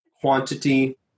quantity